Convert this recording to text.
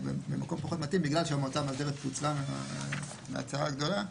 בגלל שהמועצה המאסדרת פוצלה מההצהרה הגדולה,